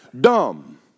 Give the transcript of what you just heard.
dumb